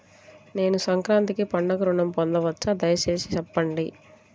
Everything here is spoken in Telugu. నేను సంక్రాంతికి పండుగ ఋణం పొందవచ్చా? దయచేసి చెప్పండి?